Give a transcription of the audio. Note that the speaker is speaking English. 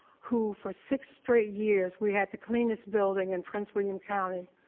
who for six straight years, we had to clean this building in prince william county.